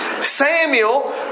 Samuel